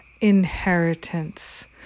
inheritance